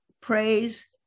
praise